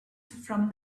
from